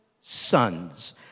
sons